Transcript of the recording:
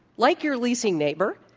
like your leasing neighbor,